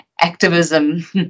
activism